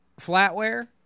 flatware